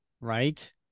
right